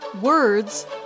words